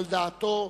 על דעתו,